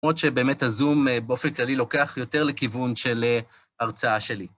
למרות שבאמת הזום, באופן כללי, לוקח יותר לכיוון של הרצאה שלי.